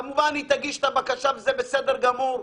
כמובן היא תגיש את הבקשה וזה בסדר גמור.